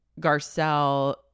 garcelle